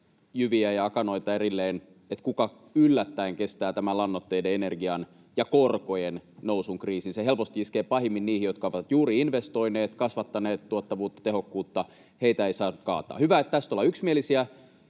jyviä ja akanoita erilleen, että kuka yllättäen kestää tämän lannoitteiden ja energian hinnan ja korkojen nousun kriisin. Se helposti iskee pahimmin niihin, jotka ovat juuri investoineet, kasvattaneet tuottavuutta, tehokkuutta. Heitä ei saa kaataa. Hyvä, että tästä ollaan yksimielisiä.